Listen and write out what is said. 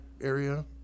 area